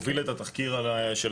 הוביל את התחקיר של השריפה,